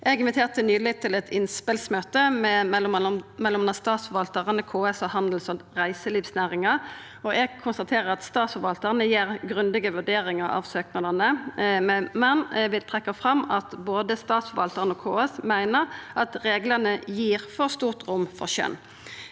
Eg inviterte nyleg til eit innspelsmøte med m.a. statsforvaltarane, KS og handels- og reiselivsnæringa. Eg konstaterer at statsforvaltarane gjer grundige vurderingar av søknadene, men vil trekkja fram at både statsforvaltarane og KS meiner at reglane gir for stort rom for skjøn.